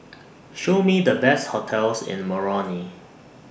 Show Me The Best hotels in Moroni